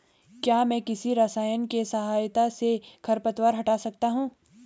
क्या मैं किसी रसायन के सहायता से खरपतवार हटा सकता हूँ?